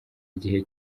igihe